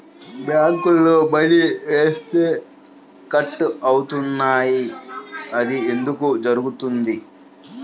బ్యాంక్లో మని వేస్తే కట్ అవుతున్నాయి అది ఎందుకు జరుగుతోంది?